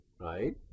right